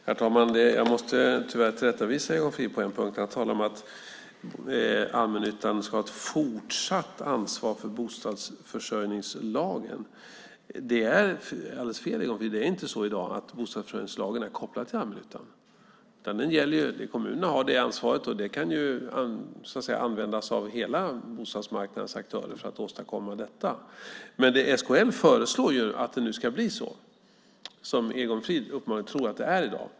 Herr talman! Jag måste tyvärr tillrättavisa Egon Frid på en punkt. Han talar om att allmännyttan ska ha ett fortsatt ansvar för bostadsförsörjningslagen. Det är alldeles fel, Egon Frid. Det är inte så i dag att bostadsförsörjningslagen är kopplad till allmännyttan. Kommunerna har ansvaret men kan använda alla aktörer på bostadsmarknaden för att uppfylla det. SKL föreslår att det ska bli så som Egon Frid uppenbarligen tror att det är i dag.